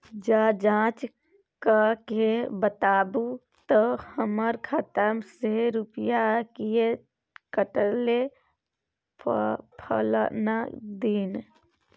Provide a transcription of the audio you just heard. ज जॉंच कअ के बताबू त हमर खाता से रुपिया किये कटले फलना दिन?